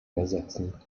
ersetzen